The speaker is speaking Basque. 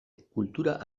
kultura